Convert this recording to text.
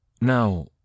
now